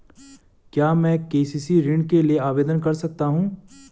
क्या मैं के.सी.सी ऋण के लिए आवेदन कर सकता हूँ?